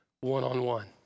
one-on-one